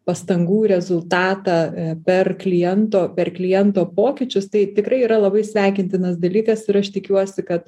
pastangų rezultatą per kliento per kliento pokyčius tai tikrai yra labai sveikintinas dalykas ir aš tikiuosi kad